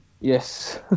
Yes